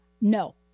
No